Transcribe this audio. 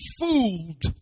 fooled